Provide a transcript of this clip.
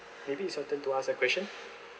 maybe it's your turn to ask a question